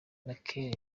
mikel